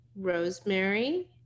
rosemary